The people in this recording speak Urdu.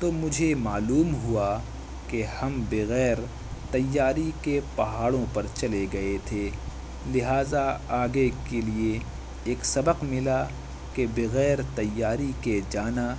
تو مجھے معلوم ہوا کہ ہم بغیر تیاری کے پہاڑوں پر چلے گئے تھے لہٰذا آگے کے لیے ایک سبق ملا کہ بغیر تیاری کے جانا